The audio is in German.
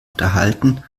unterhalten